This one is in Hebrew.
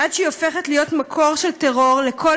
עד שהיא הופכת להיות מקור של טרור לכל